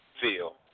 feel